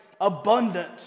abundant